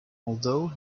although